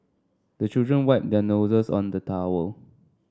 the children wipe their noses on the towel